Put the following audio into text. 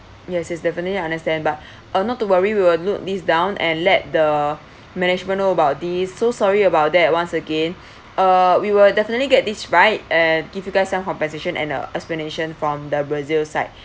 yes yes definitely understand but ah not too worry we will note this down and let the management know about this so sorry about that once again uh we will definitely get this right and give you guys some compensation and a explanation from the brazil side